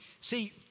See